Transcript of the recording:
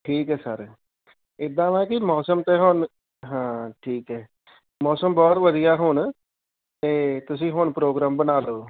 ਠੀਕ ਹੈ ਸਰ ਇੱਦਾਂ ਵਾ ਕਿ ਮੌਸਮ ਤਾਂ ਹੁਣ ਹਾਂ ਠੀਕ ਹੈ ਮੌਸਮ ਬਹੁਤ ਵਧੀਆ ਹੁਣ ਅਤੇ ਤੁਸੀਂ ਹੁਣ ਪ੍ਰੋਗਰਾਮ ਬਣਾ ਲਓ